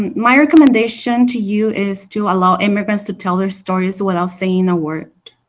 um my recommendation to you is to allow immigrants to tell their stories without saying a word.